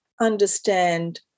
understand